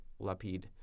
Lapid